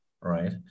right